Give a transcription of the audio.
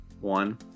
one